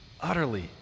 utterly